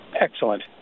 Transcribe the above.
Excellent